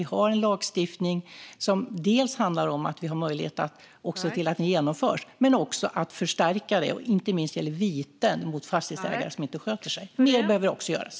Vi har en lagstiftning som handlar dels om att vi har möjlighet att se till att det genomförs, dels om att förstärka detta. Inte minst gäller det viten mot fastighetsägare som inte sköter sig. Mer behöver också göras.